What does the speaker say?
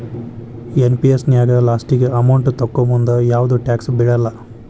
NPS ನ್ಯಾಗ ಲಾಸ್ಟಿಗಿ amount ತೊಕ್ಕೋಮುಂದ ಯಾವ್ದು ಟ್ಯಾಕ್ಸ್ ಬೇಳಲ್ಲ